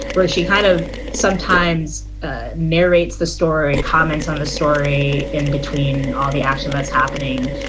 where she kind of sometimes ah narrates the story, comments on the story in between all the action that's happening,